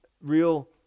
Real